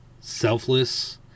selfless